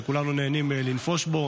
שכולנו נהנים לנפוש בו,